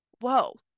whoa